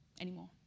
anymore